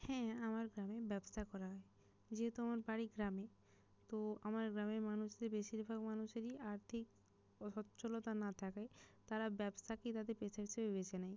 হ্যাঁ আমার গ্রামে ব্যবসা করা হয় যেহেতু আমার বাড়ি গ্রামে তো আমার গ্রামের মানুষদের বেশিরভাগ মানুষেরই আর্থিক অসচ্ছলতা না থাকায় তারা ব্যবসাকেই তাদের পেশা হিসেবে বেছে নেয়